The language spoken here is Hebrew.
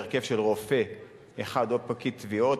בהרכב של רופא אחד או פקיד תביעות,